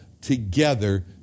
together